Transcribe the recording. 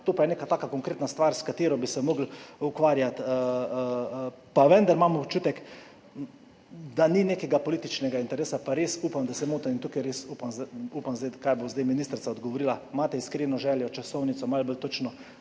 To pa je neka taka konkretna stvar, s katero bi se morali ukvarjati, pa vendar imam občutek, da ni nekega političnega interesa. Res upam, da se motim. Tukaj res upam – kaj bo zdaj ministrica odgovorila? – da imate iskreno željo, časovnico, malo bolj točno